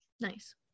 Nice